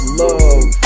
love